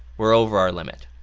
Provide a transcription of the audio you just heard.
we're over our limit.